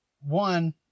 one